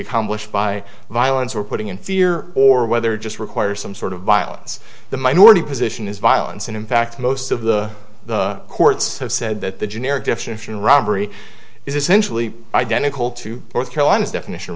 accomplished by violence or putting in fear or whether it just requires some sort of violence the minority position is violence and in fact most of the the courts have said that the generic definition of robbery is essentially identical to north carolina's definition